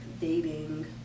dating